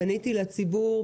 פניתי לציבור,